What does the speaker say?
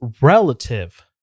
relative